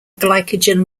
glycogen